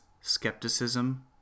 skepticism